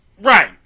Right